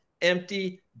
empty